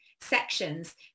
sections